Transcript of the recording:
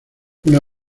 una